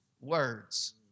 words